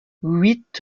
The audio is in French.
huit